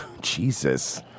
Jesus